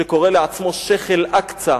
שקורא לעצמו שיח' אל-אקצא,